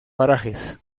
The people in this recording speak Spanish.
parajes